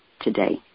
today